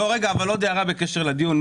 רגע, אבל עוד הערה בקשר לדיון.